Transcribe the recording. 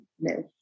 No